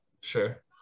sure